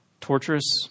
torturous